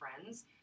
friends